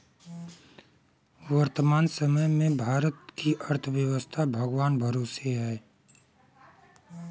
वर्तमान समय में भारत की अर्थव्यस्था भगवान भरोसे है